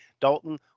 Dalton